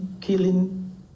killing